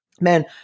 man